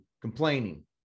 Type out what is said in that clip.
Complaining